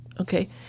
Okay